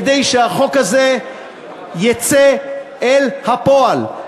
כדי שהחוק הזה יצא אל הפועל.